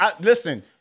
Listen